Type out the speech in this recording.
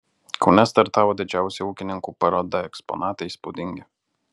kaune startavo didžiausia ūkininkų paroda eksponatai įspūdingi